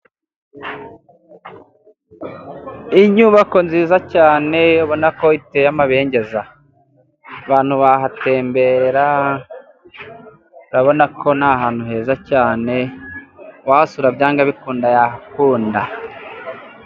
Inyubako nziza cyane ubona ko iteye amabengeza, abantu bahatembera urabona ko ni ahantu heza cyane ,uwahasura byanga bikunda yahakunda.